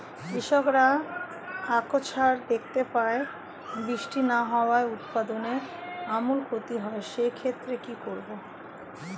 কৃষকরা আকছার দেখতে পায় বৃষ্টি না হওয়ায় উৎপাদনের আমূল ক্ষতি হয়, সে ক্ষেত্রে কি করব?